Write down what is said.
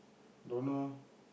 don't know